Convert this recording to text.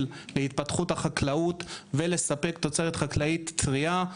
להתפתחות החקלאות ולספק תוצרת חקלאית טרייה.